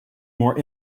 more